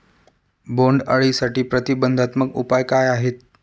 बोंडअळीसाठी प्रतिबंधात्मक उपाय काय आहेत?